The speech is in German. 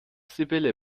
sibylle